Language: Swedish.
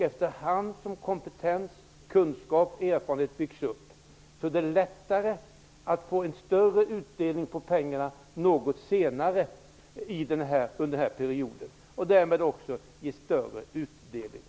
Efter hand som kompetens, kunskap och erfarenhet byggs upp blir det lättare att få en bättre utdelning något senare under den aktuella perioden när det gäller de här pengarna.